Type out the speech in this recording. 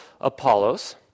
Apollos